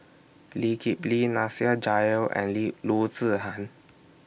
Lee Kip Lee Nasir Jalil and Loo Zihan